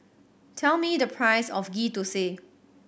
tell me the price of Ghee Thosai